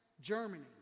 Germany